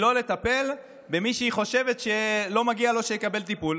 לא לטפל במי שהיא חושבת שלא מגיע לו שיקבל טיפול,